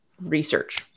research